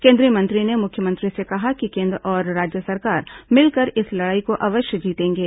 केंद्रीय मंत्री ने मुख्यमंत्री से कहा कि केन्द्र और राज्य सरकार मिलकर इस लड़ाई को अवश्य जीतेंगे